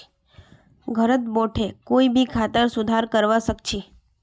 घरत बोठे कोई भी खातार सुधार करवा सख छि